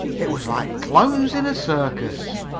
it was like clowns in a circus!